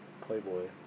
playboy